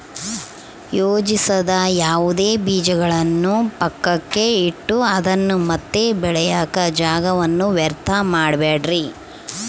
ಯೋಜಿಸದ ಯಾವುದೇ ಬೀಜಗಳನ್ನು ಪಕ್ಕಕ್ಕೆ ಇಟ್ಟು ಅದನ್ನ ಮತ್ತೆ ಬೆಳೆಯಾಕ ಜಾಗವನ್ನ ವ್ಯರ್ಥ ಮಾಡಬ್ಯಾಡ್ರಿ